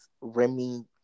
Remy